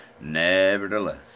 Nevertheless